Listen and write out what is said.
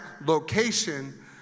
location